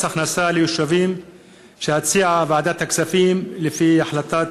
ההכנסה ליישובים שהציעה ועדת הכספים לפי החלטת